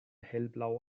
hellblau